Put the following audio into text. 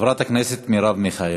חברת הכנסת מרב מיכאלי.